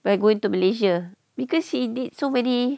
we're going to malaysia because he did so many